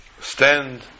stand